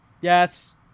Yes